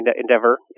endeavor